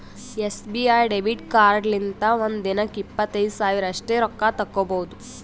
SBI debit ಕಾರ್ಡ್ಲಿಂತ ಒಂದ್ ದಿನಕ್ಕ ಇಪ್ಪತ್ತೈದು ಸಾವಿರ ಅಷ್ಟೇ ರೊಕ್ಕಾ ತಕ್ಕೊಭೌದು